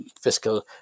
fiscal